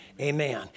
Amen